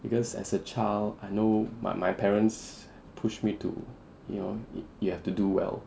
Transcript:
because as a child I know my my parents pushed me to you know you have to do well